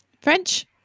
French